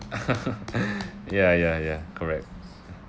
ya ya ya correct